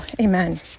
Amen